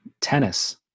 Tennis